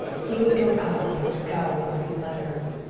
he would go out or scowl over his letters.